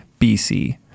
BC